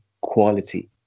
quality